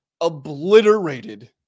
obliterated